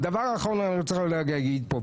דבר אחרון אני רוצה להגיד פה,